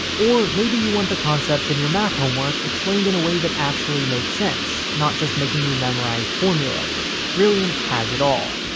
or, maybe you want the concepts in your math homework explained in a way that actually makes sense, not just making you memorize formulas brilliant has it all.